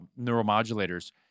neuromodulators